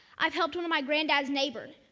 i've helped one of my grand dad's neighbor,